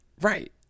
Right